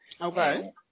Okay